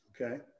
okay